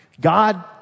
God